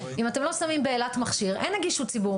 אם אתם לא שמים באילת מכשיר אין נגישות ציבור.